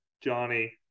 johnny